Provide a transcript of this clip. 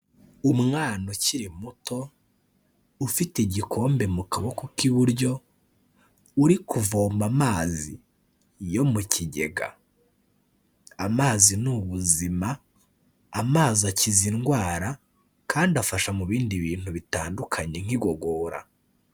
Umwana ukiri muto ufite igikombe mu kaboko k'iburyo uri kuvoma amazi yo mu kigega amazi ni ubuzima, amazi akiza indwara kandi afasha mu bindi bintu bitandukanye nk'igogora.